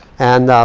and